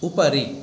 उपरि